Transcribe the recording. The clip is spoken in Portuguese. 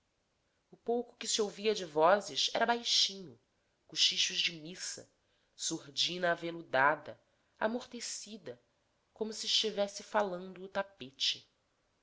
o pouco que se ouvia de vozes era baixinho cochichos de missa surdina aveludada amortecida como se estivesse falando o tapete